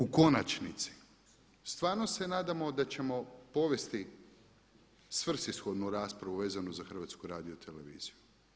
U konačnici, stvarno se nadamo da ćemo povesti svrsishodnu raspravu vezanu za Hrvatsku radioteleviziju.